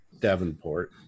Davenport